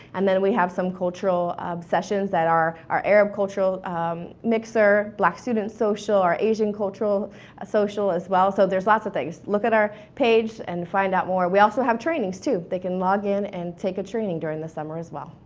and then we have some cultural obsessions that are, our arab cultural mixer, black student social, our asian cultural social as well. so, there's lots of things. look at our page and find out more. we also have trainings too. they can log in and take a training during the summer as well.